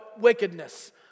wickedness